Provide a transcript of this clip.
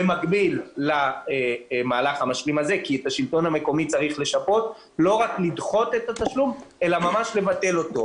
לא רק לדחות את התשלום אלא ממש לבטל אותו.